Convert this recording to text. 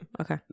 Okay